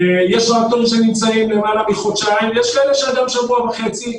יש טרקטורים שנמצאים במהלך כחודשיים ויש כאלה שגם שבוע וחצי,